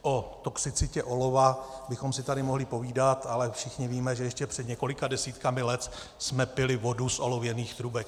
O toxicitě olova bychom si tady mohli povídat, ale všichni víme, že ještě před několika desítkami let jsme pili vodu z olověných trubek.